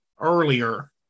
earlier